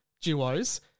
duos